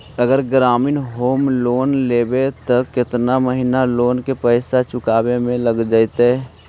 अगर ग्रामीण home loan लेबै त केतना महिना लोन के पैसा चुकावे में लग जैतै?